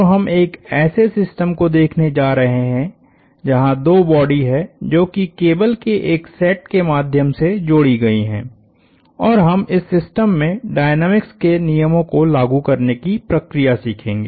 तो हम एक ऐसे सिस्टम को देखने जा रहे हैं जहां दो बॉडी है जो कि केबल के एक सेट के माध्यम से जोड़ी गयी है और हम इस सिस्टम में डायनामिक्स के नियमों को लागू करने की प्रक्रिया सीखेंगे